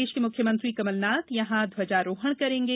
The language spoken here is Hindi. प्रदेष के मुख्यमंत्री कमलनाथ यहां ध्वजारोहण करेंगे